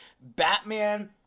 Batman